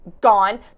gone